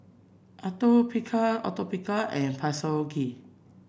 Atopiclair Atopiclair and Physiogel